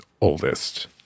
oldest